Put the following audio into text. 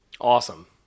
awesome